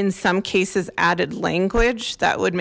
in some cases added language that would